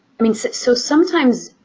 i mean so sometimes,